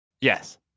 Yes